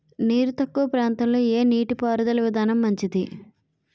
నీరు తక్కువ ప్రాంతంలో ఏ నీటిపారుదల విధానం మంచిది?